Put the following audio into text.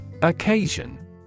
Occasion